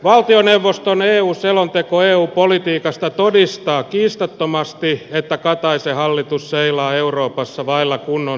valtioneuvoston eu selonteko eu politiikasta todistaa kiistattomasti että kataisen hallitus seilaa euroopassa vailla kunnon suuntaa